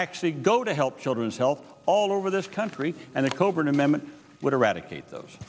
actually go to help children's health all over this country and the